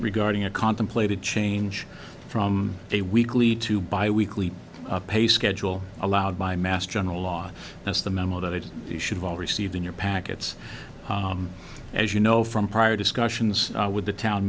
regarding a contemplated change from a weekly to by weekly pay schedule allowed by mass general law that's the memo that it should all receive in your packets as you know from prior discussions with the town